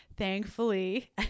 Thankfully